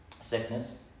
Sickness